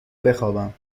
بخوابم